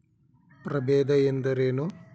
ಪ್ರಭೇದ ಎಂದರೇನು?